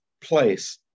place